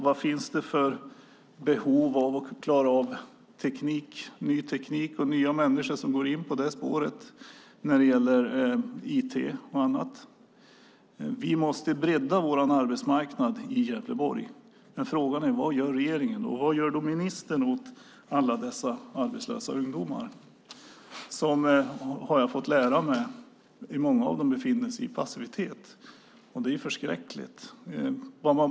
Vad finns det för behov av ny teknik och nya människor när det gäller IT och annat? Vi måste bredda vår arbetsmarknad i Gävleborg. Frågan är vad regeringen gör. Vad gör ministern åt alla de arbetslösa ungdomar som i många fall befinner sig i passivitet? Det är förskräckligt.